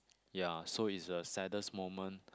ya so it's the saddest moment